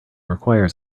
requires